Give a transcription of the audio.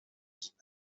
مزمن